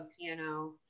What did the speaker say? piano